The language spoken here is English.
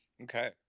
Okay